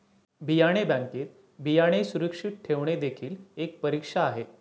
बियाणे बँकेत बियाणे सुरक्षित ठेवणे देखील एक परीक्षा आहे